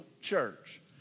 church